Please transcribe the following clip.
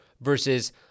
versus